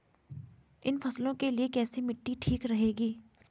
इन फसलों के लिए कैसी मिट्टी ठीक रहेगी?